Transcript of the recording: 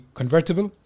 convertible